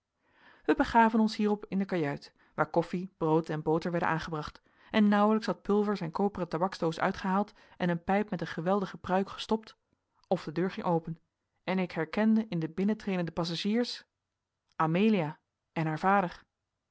wij begaven ons hierop in de kajuit waar koffie brood en boter werd aangebracht en nauwelijks had pulver zijn koperen tabaksdoos uitgehaald en een pijp met een geweldige pruik gestopt of de deur ging open en ik herkende in de binnentredende passagiers amelia en haar